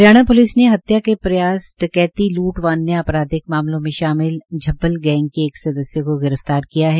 Haryana police ने हत्या के प्रयास डकैती लूट व अन्य अपराधिक मामलों में शामिल झब्बल गैंग के एक सदस्य का गिरफ्तार किया है